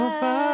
Bye